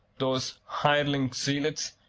those hireling zealots,